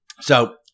So-